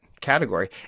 category